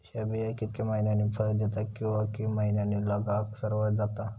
हया बिया कितक्या मैन्यानी फळ दिता कीवा की मैन्यानी लागाक सर्वात जाता?